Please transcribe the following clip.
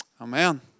Amen